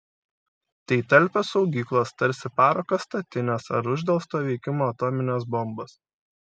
tai talpios saugyklos tarsi parako statinės ar uždelsto veikimo atominės bombos